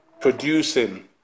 producing